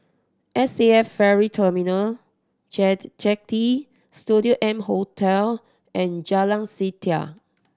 S A F Ferry Terminal Jetty Studio M Hotel and Jalan Setia